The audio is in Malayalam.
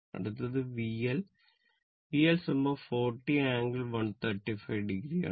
അടുത്തത് VL VL 40 ∟ 135 o ആണ്